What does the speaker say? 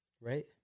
right